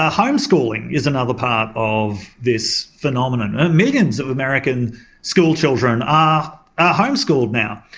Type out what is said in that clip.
ah home schooling is another part of this phenomenon and millions of american school children are home schooled now.